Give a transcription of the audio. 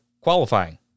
qualifying